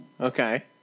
Okay